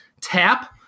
Tap